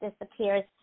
disappears